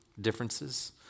differences